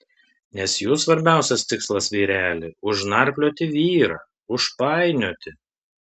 nes jų svarbiausias tikslas vyreli užnarplioti vyrą užpainioti